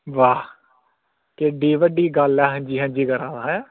वाह् केड्डी बड्डी गल्ल ऐ हां जी हां जी करा दा ऐं